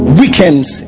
weekends